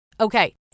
Okay